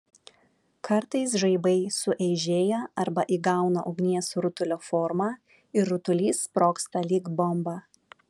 kartais žaibai sueižėja arba įgauna ugnies rutulio formą ir rutulys sprogsta lyg bomba